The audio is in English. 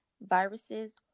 viruses